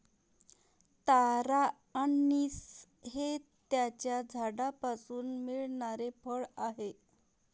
तारा अंनिस हे त्याच्या झाडापासून मिळणारे फळ आहे